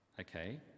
Okay